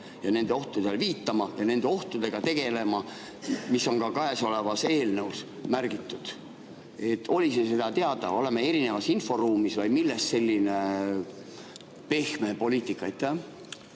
nendele ohtudele viitama ja nende ohtudega tegelema, mis on käesolevas eelnõus märgitud? On see teada? Oleme me erinevas inforuumis või millest selline pehme poliitika? Aitäh!